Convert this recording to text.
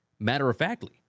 matter-of-factly